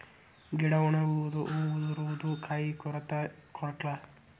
ಗಿಡಾ ಒಣಗುದು ಹೂ ಉದರುದು ಕಾಯಿ ಕೊರತಾ ಕೊರಕ್ಲಾ